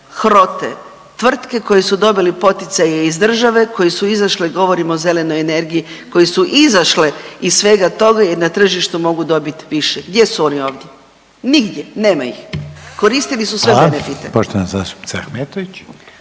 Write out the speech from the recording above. HROTE tvrtke koji su dobili poticaje iz države, koje su izašle i govorimo o zelenoj energiji, koje su izašle iz svega toga jer na tržištu mogu dobit više. Gdje su oni ovdje? Nigdje, nema ih. Koristili su su sve benefite.